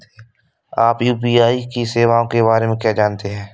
आप यू.पी.आई सेवाओं के बारे में क्या जानते हैं?